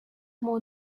more